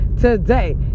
today